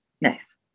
Nice